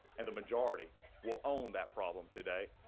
and the majority will own that problem today.